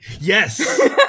Yes